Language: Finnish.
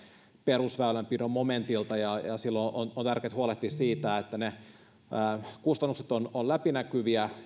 perusväylänpidon momentilta silloin on tärkeätä huolehtia siitä että ne kustannukset ovat läpinäkyviä